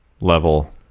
level